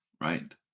right